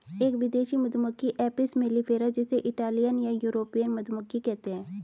एक विदेशी मधुमक्खी एपिस मेलिफेरा जिसे इटालियन या यूरोपियन मधुमक्खी कहते है